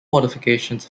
modifications